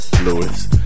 Lewis